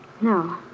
No